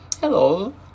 Hello